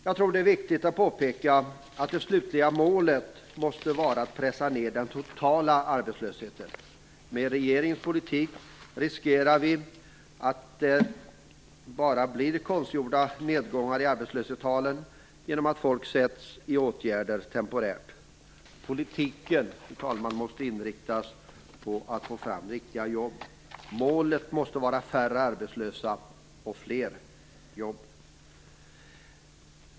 Jag tror att det är viktigt att påpeka att det slutliga målet måste vara att pressa ner den totala arbetslösheten. Med regeringens politik finns en risk att det bara blir fråga om konstgjorda nedgångar i arbetslöshetstalen, genom att folk sätts i åtgärder temporärt. Politiken, fru talman, måste inriktas på att få fram riktiga jobb. Målet måste vara färre arbetslösa och fler jobb.